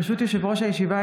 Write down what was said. ברשות יושב-ראש הישיבה,